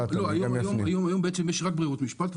היום בעצם יש רק ברירות משפט.